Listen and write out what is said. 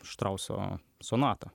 štrauso sonata